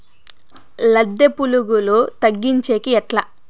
లద్దె పులుగులు తగ్గించేకి ఎట్లా?